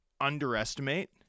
underestimate